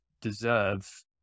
deserve